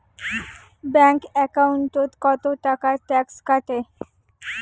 Bank একাউন্টত কতো টাকা ট্যাক্স কাটে?